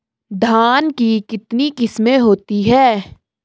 धान की कितनी किस्में होती हैं?